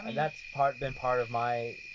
um that's part. been part of my.